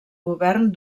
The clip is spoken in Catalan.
govern